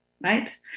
right